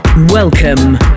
Welcome